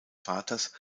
vaters